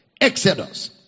exodus